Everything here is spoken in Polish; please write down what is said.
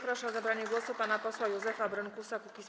Proszę o zabranie głosu pana posła Józefa Brynkusa, Kukiz’15.